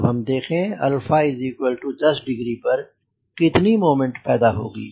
अब हम देखें 10 डिग्री पर कितनी मोमेंट पैदा होगी